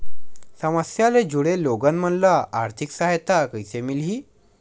समस्या ले जुड़े लोगन मन ल आर्थिक सहायता कइसे मिलही?